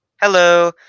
Hello